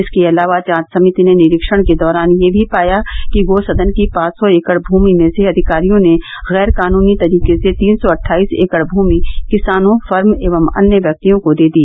इसके अलावा जांच समिति ने निरीक्षण के दौरान यह भी पाया कि गो सदन की पांच सौ एकड़ भूमि में से अधिकारियों ने गैरकानूनी तरीके से तीन सौ अट्ठाईस एकड़ भूमि किसानों फर्म एवं अन्य व्यक्तियों को दे दी